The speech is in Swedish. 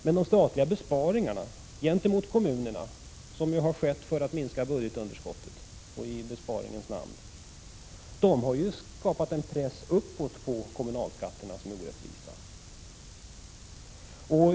Men de statliga besparingarna gentemot kommunerna, som har skett för att minska budgetunderskottet, har skapat en press uppåt på de orättvisa kommunalskatterna.